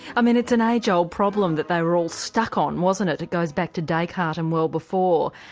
um and it's an age old problem that they were all stuck on wasn't it, it goes back to descartes and well before.